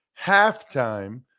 halftime